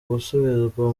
gusubizwa